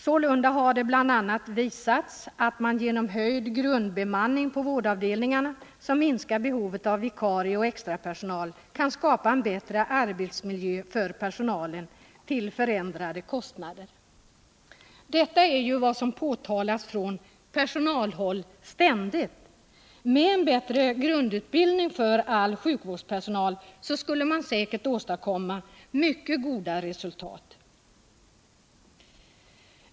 ”Sålunda har det bl.a. visat att man genom höjd grundbemanning på vårdavdelningarna, som minskar behovet av vikarier och extrapersonal, kan skapa en bättre arbetsmiljö för personalen till oförändrade kostnader.” Detta är ju vad som ständigt framhållits från personalhåll. Med en bättre grundutbildning för all sjukvårdspersonal skulle man säkert kunna åstadkomma mycket goda resultat.